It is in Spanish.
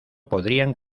podrían